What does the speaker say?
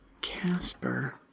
Casper